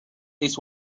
least